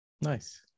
nice